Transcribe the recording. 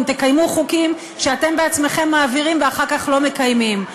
אם תקיימו חוקים שאתם בעצמכם מעבירים ואחר כך לא מקיימים.